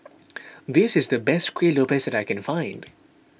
this is the best Kueh Lopes that I can find